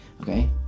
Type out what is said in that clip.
Okay